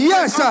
Yes